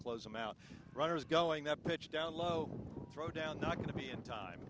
close them out runners going that pitch down low throw down not going to be in time